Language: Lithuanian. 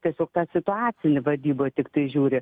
tiesiog tą situacinį vadyboj tiktai žiūri